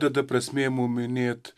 tada prasmė mum minėt